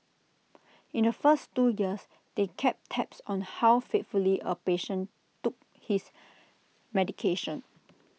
in the first two years they kept tabs on how faithfully A patient took his medication